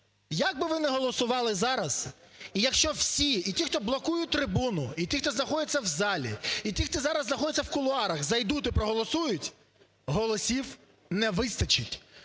як би ви не голосували зараз і якщо всі, і ті, хто блокують трибуну, і ті, хто знаходяться в залі, і ті, хто зараз знаходиться в кулуарах, зайдуть і проголосують, голосів не вистачить.